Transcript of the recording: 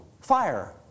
fire